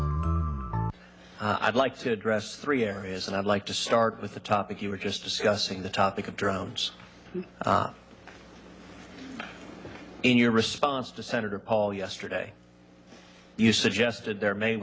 joking i'd like to address three areas and i'd like to start with the topic you were just discussing the topic of drones in your response to senator paul yesterday you suggested there may